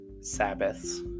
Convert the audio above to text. Sabbaths